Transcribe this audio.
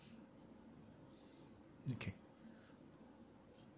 okay